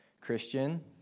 Christian